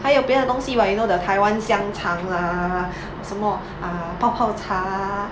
还有别的东西 [what] you know the 台湾香肠 lah 什么 uh 泡泡茶